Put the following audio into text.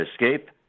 Escape